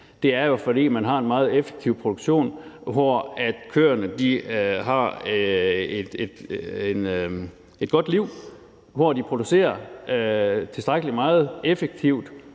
er jo, at man har en meget effektiv produktion, hvor køerne har et godt liv, og hvor de effektivt producerer tilstrækkelig meget på det